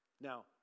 now